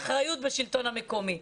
האחריות בשלטון המקומי.